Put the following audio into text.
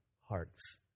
hearts